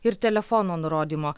ir telefono nurodymo